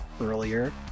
earlier